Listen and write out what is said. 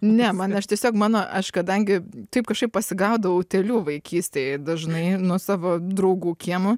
ne man aš tiesiog mano aš kadangi taip kažkaip pasigaudavau utėlių vaikystėje dažnai nuo savo draugų kiemo